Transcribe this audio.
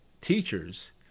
teachers